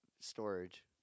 storage